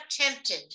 tempted